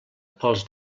pels